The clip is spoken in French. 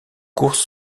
courses